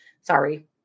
sorry